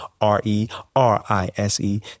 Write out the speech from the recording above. R-E-R-I-S-E